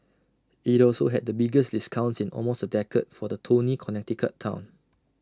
IT also had the biggest discounts in almost A decade for the Tony Connecticut Town